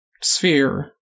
sphere